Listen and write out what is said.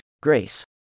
Grace